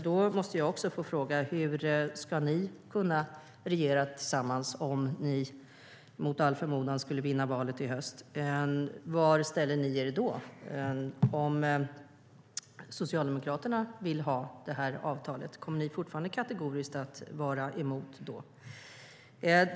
Då måste jag få fråga: Hur ska ni kunna regera tillsammans om ni mot all förmodan skulle vinna valet i höst? Var ställer ni er om Socialdemokraterna vill ha det här avtalet? Kommer ni fortfarande att vara kategoriskt emot det då?